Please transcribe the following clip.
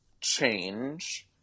change